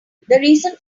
reason